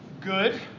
good